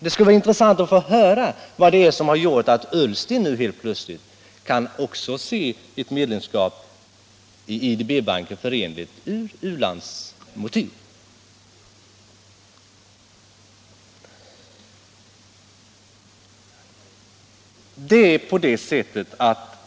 Det skulle vara intressant att få höra vad som har gjort att herr Ullsten nu plötsligt också kan se ett medlemskap i IDB som förenligt med vår u-landspolitik.